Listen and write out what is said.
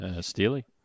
Steely